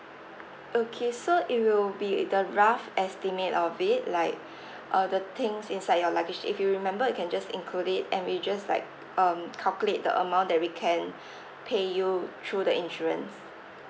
okay so it will be the rough estimate of it like uh the things inside your luggage if you remember you can just include it and we just like um calculate the amount that we can pay you through the insurance